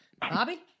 Bobby